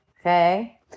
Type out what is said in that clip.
Okay